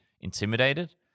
intimidated